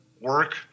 work